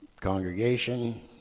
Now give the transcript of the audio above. congregation